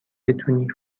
بتونی